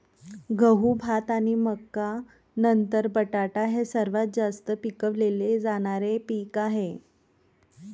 गहू, भात आणि मका नंतर बटाटा हे सर्वात जास्त पिकवले जाणारे पीक आहे